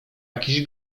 jakiś